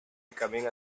becoming